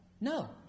No